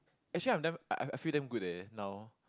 actually I damn I I feel damn good eh now